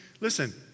Listen